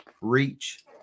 reach